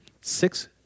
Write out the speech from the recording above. Six